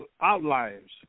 outliers